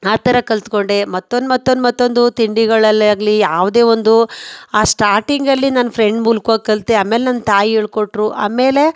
ಆ ಥರ ಕಲಿತ್ಕೊಂಡೆ ಮತ್ತೊಂದು ಮತ್ತೊಂದು ಮತ್ತೊಂದು ತಿಂಡಿಗಳಲ್ಲಾಗಲಿ ಯಾವುದೇ ಒಂದು ಆ ಸ್ಟಾರ್ಟಿಂಗಲ್ಲಿ ನಾನು ಫ್ರೆಂಡ್ ಮೂಲ್ಕವಾಗಿ ಕಲಿತೆ ಆಮೇಲೆ ನನ್ನ ತಾಯಿ ಹೇಳಿಕೊಟ್ರು ಆಮೇಲೆ